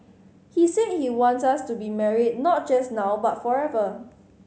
he said he wants us to be married not just now but forever